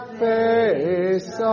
face